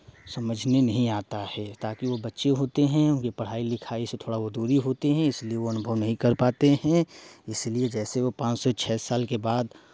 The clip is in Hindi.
समझ में नहीं आता है ताकि वो बच्चे होते हैं पढ़ाई लिखाई से थोड़ा बहुत दूरी होते हैं इसलिए अनुभव नहीं कर पाते हैं इसलिए जैसे वो पाँच से छः साल के बाद